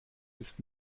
ist